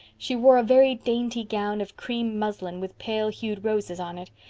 she wore a very dainty gown of cream muslin with pale-hued roses on it.